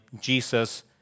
Jesus